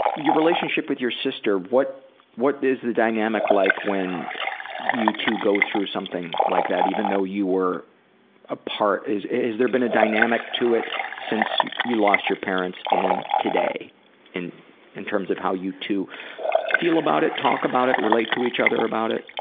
your relationship with your sister, what what is the dynamic like when you two go through something like that even though you were apart has there been a dynamic to it since you lost your parents and today in in terms of how you two feel about it, talk about it, relate to each other about it?